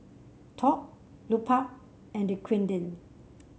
Top Lupark and Dequadin